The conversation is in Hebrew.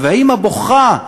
והאימא בוכה,